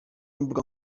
imbuga